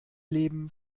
leben